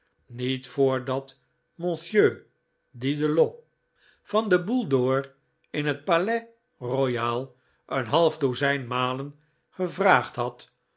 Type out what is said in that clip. niet voordat monsieur didelot van de boule d'or in het palais royal een half dozijn malen gevraagd had